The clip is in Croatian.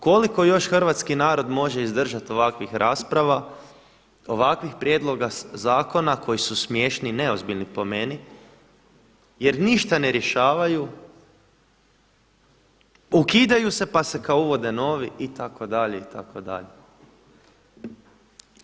Koliko još hrvatski narod može izdržati ovakvih rasprava, ovakvih prijedloga zakona koji su smiješni i neozbiljni po meni jer ništa ne rješavaju, ukidaju se pa kao uvode novi itd., itd.